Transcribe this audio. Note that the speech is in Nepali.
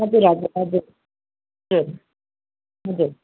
हजुर हजुर हजुर हजुर हजुर